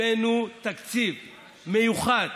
הבאנו תקציב מיוחד